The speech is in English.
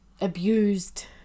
abused